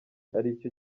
aricyo